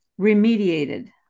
remediated